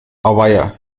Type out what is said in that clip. auweia